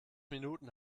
minuten